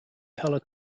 colour